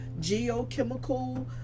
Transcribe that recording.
geochemical